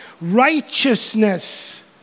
righteousness